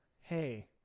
hey